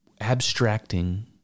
abstracting